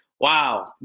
wow